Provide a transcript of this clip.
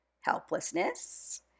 helplessness